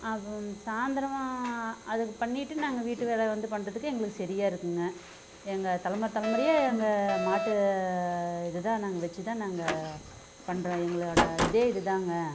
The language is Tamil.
அப்புறம் சாயந்தரமா அதுக்கு பண்ணிட்டு நாங்கள் வீட்டு வேலை வந்து பண்றதுக்கு எங்களுக்கு சரியா இருக்குங்க எங்கள் தலைமுறை தலைமுறையாக எங்கள் மாட்டு இதுதான் நாங்கள் வச்சுதான் நாங்கள் பண்றோம் எங்களோடய இதே இதுதாங்க